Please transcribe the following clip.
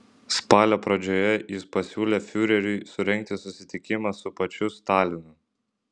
spalio pradžioje jis pasiūlė fiureriui surengti susitikimą su pačiu stalinu